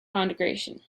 congregation